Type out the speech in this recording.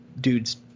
dude's